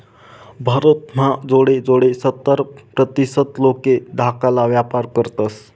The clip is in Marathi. भारत म्हा जोडे जोडे सत्तर प्रतीसत लोके धाकाला व्यापार करतस